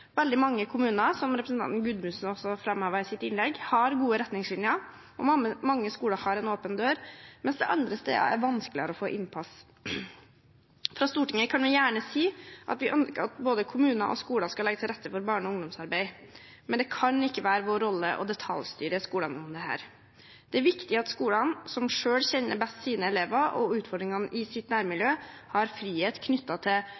Veldig mange kommuner har, som representanten Gudmundsen også framhevet i sitt innlegg, gode retningslinjer, og mange skoler har en åpen dør, mens det andre steder er vanskeligere å få innpass. Fra Stortinget kan vi gjerne si at vi ønsker at både kommuner og skoler skal legge til rette for barne- og ungdomsarbeid, men det kan ikke være vår rolle å detaljstyre skolene når det gjelder dette. Det er viktig at skolene, som selv kjenner sine elever og utfordringene i sitt nærmiljø best, har frihet knyttet til